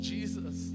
Jesus